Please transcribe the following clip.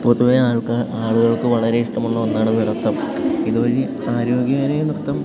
പൊതുവേ ആൾക്ക് ആളുകൾക്ക് വളരെ ഇഷ്ടമുള്ള ഒന്നാണ് നൃത്തം ഇതു വലിയ ആരോഗ്യമേറിയ നൃത്തം